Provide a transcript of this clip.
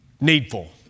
needful